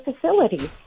facilities